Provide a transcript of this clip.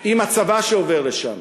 עם הצבא שעובר לשם,